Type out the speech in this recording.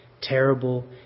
terrible